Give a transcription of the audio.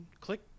click